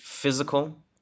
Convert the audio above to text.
Physical